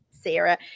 Sarah